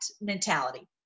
mentality